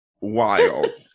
wild